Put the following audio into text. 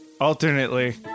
Alternately